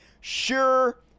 sure